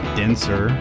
denser